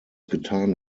getan